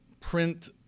print